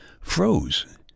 froze